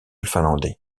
finlandais